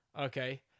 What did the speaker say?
Okay